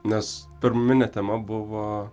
nes pirminė tema buvo